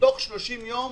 תוך 30 יום